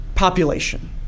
population